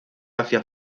hacia